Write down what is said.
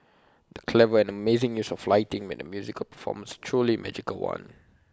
the clever and amazing use of lighting made the musical performance truly magical one